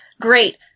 Great